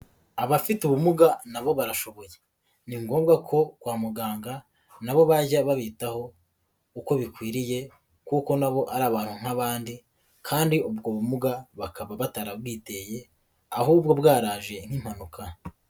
Abafite ubumuga nabo barashoboye. Ni ngombwa ko kwa muganga nabo bajya babitaho uko bikwiriye kuko nabo ari abantu nk'abandi, kandi ubwo bumuga bakaba batarabwiteye, ahubwo bwaraje nk'impanuka.